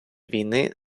війни